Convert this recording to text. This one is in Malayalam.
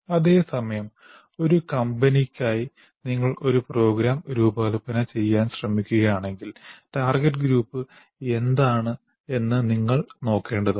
അതേസമയം ഒരു കമ്പനിക്കായി നിങ്ങൾ ഒരു പ്രോഗ്രാം രൂപകൽപ്പന ചെയ്യാൻ ശ്രമിക്കുകയാണെങ്കിൽ ടാർഗെറ്റ് ഗ്രൂപ്പ് എന്താണെന്ന് നിങ്ങൾ നോക്കേണ്ടതുണ്ട്